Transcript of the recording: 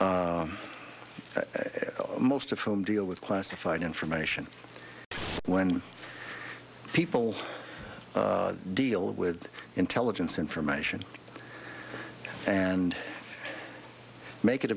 most of whom deal with classified information when people deal with intelligence information and make it